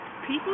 People